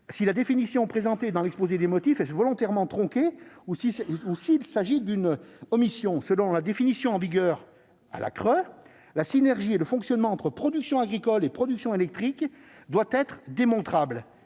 si la définition retenue dans l'exposé des motifs était volontairement tronquée ou s'il s'agissait d'une omission. Selon la définition en vigueur à la CRE, la synergie de fonctionnement entre production agricole et production électrique doit être « démontrable